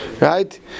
Right